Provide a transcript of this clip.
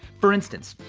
for instance,